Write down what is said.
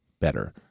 better